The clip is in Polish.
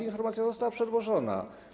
Informacja została przedłożona.